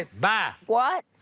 ah bye. what?